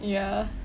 ya